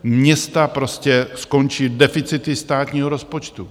Města prostě skončí deficity státního rozpočtu.